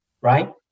right